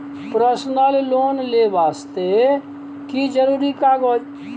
Personal loan ले वास्ते की जरुरी कागज?